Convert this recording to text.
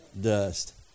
Dust